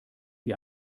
wie